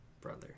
brother